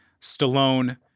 Stallone